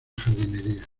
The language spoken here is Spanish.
jardinería